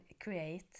create